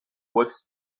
was